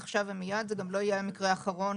עכשיו ומיד - זה גם לא יהיה המקרה האחרון